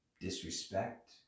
Disrespect